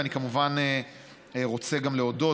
ואני כמובן רוצה גם להודות,